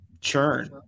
churn